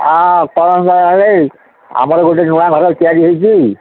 ହଁ ଆମର ଗୋଟେ ନୂଆ ଘର ତିଆରି ହୋଇଛି